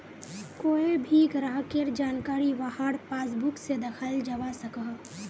कोए भी ग्राहकेर जानकारी वहार पासबुक से दखाल जवा सकोह